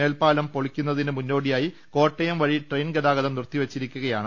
മേൽപ്പാലം പൊളിക്കുന്നതിന് മുന്നോടിയായി കോട്ടയം വഴി ട്രെയിൻ ഗതാഗതം നിർത്തിവെച്ചിരിക്കുകയാണ്